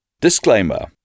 Disclaimer